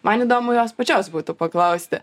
man įdomu jos pačios būtų paklausti